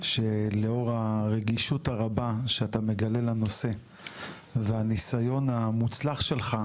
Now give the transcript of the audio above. שלאור הרגישות הרבה שאתה מגלה לנושא והניסיון המוצלח שלך,